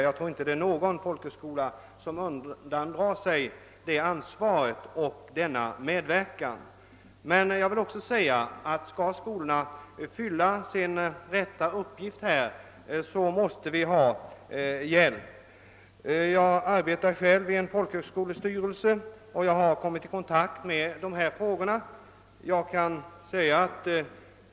Jag tror inte att någon folkhögskola vill undandra sig sitt ansvar och sin medverkan, men skall skolorna fylla sin rätta uppgift måste de ha hjälp. Jag arbetar själv i en folkhögskolestyrelse och har där kommit i kontakt med dessa frågor.